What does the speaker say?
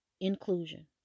inclusion